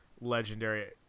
legendary